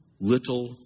little